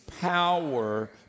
power